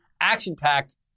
action-packed